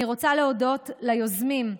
אני רוצה להודות ליוזמים,